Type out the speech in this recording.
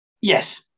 Yes